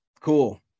cool